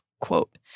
quote